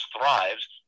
thrives